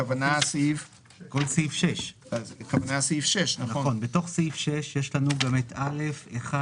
הכוונה לכל סעיף 6. בתוך סעיף 6 יש לנו גם את פסקה (א)(1)(ד)